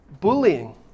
Bullying